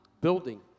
building